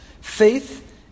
Faith